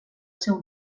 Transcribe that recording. seu